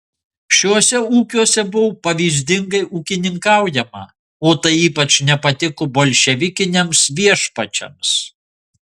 šiuose ūkiuose buvo pavyzdingai ūkininkaujama o tai ypač nepatiko bolševikiniams viešpačiams